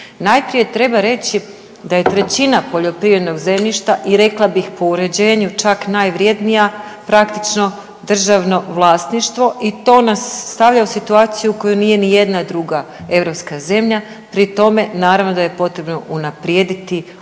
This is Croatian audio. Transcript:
Najprije treba reći da je trećina poljoprivrednog zemljišta i rekla bih po uređenju čak najvrjednija praktično državno vlasništvo i to nas stavlja u situaciju u kojoj nije ni jedna druga europska zemlja. Pri tome naravno da je potrebno unaprijediti upravljanje